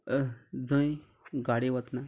जंय गाडी वतना